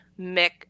Mick